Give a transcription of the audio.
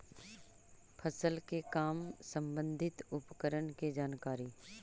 फसल के काम संबंधित उपकरण के जानकारी?